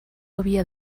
havia